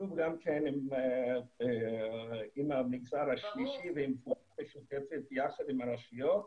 שוב, גם עם המגזר השלישי ויחד עם הרשויות.